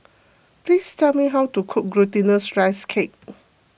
please tell me how to cook Glutinous Rice Cake